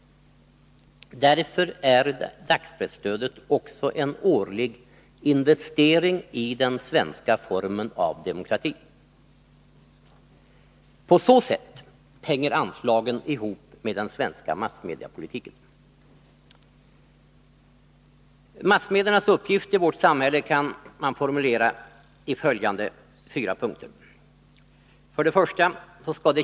Därmed är dagspresstödet också en årlig investering i den svenska formen av demokrati. På så sätt hänger anslagen ihop med den svenska massmediepolitiken. Massmediernas uppgift i vårt samhälle kan formuleras i följande fyra punkter: 1.